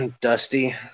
Dusty